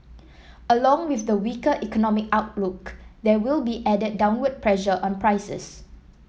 along with the weaker economic outlook there will be added downward pressure on prices